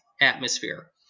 atmosphere